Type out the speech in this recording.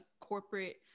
corporate